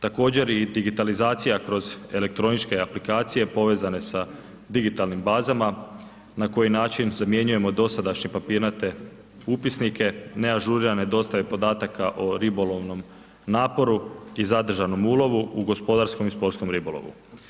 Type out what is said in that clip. Također i digitalizacija kroz elektroničke aplikacije povezane sa digitalnim bazama, na koji način zamjenjujemo dosadašnje papirnate upisnike, neažurirane dostave podataka o ribolovnom naporu i zadržanom ulovu u gospodarskom i sportskom ribolovu.